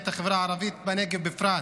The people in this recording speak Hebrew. והחברה הערבית בנגב בפרט.